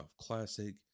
classic